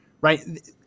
right